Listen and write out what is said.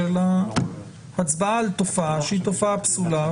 של הצבעה על תופעה שהיא תופעה פסולה.